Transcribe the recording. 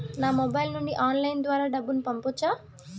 నా మొబైల్ నుండి ఆన్లైన్ ద్వారా డబ్బును పంపొచ్చా